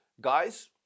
guys